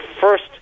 first